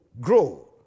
grow